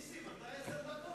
נסים, למה עשר דקות?